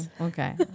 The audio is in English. Okay